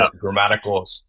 grammatical